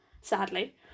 sadly